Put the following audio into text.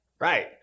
Right